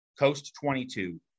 COAST22